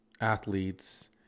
athletes